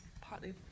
partly